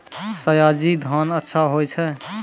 सयाजी धान अच्छा होय छै?